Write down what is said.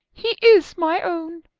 he is my own.